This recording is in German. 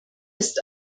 ist